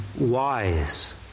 wise